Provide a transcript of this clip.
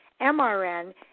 MRN